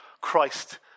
Christ